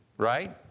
Right